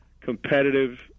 competitive